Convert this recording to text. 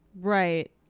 Right